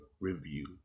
review